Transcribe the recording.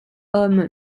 homme